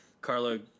carlo